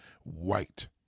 white